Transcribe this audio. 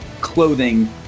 clothing